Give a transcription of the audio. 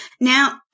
Now